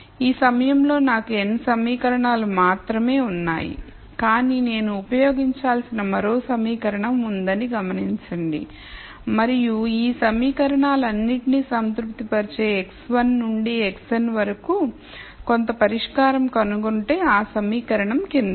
ఈ సమయంలో నాకు n సమీకరణాలు మాత్రమే ఉన్నాయి కాని నేను ఉపయోగించాల్సిన మరో సమీకరణం ఉందని గమనించండి మరియు ఈ సమీకరణాలన్నింటినీ సంతృప్తిపరిచే x1 నుండి xn వరకు కొంత పరిష్కారం కనుగొంటే ఆ సమీకరణం క్రిందిది